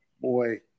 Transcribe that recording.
boy